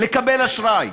לקבל אשראי,